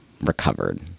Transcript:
recovered